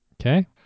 Okay